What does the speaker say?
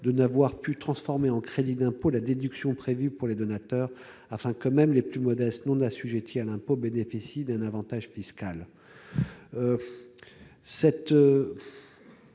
de n'avoir pu transformer en crédit d'impôt la réduction prévue pour les donateurs, afin que même les plus modestes d'entre eux, non assujettis à l'impôt, bénéficient d'un avantage fiscal.